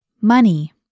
Money